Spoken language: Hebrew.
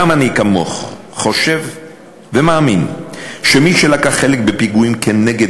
גם אני כמוך חושב ומאמין שמי שלקח חלק בפיגועים כנגד